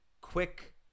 quick